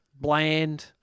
bland